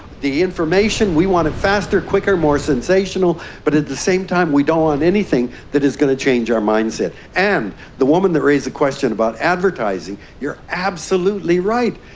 the information, we want it faster, quicker, more sensational, but at the same time we don't want anything that is going to change our mindset. and the woman that raised the question about advertising, you're absolutely right.